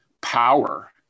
power